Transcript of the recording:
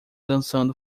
dançando